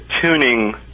tuning